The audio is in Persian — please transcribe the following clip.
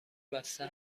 بسته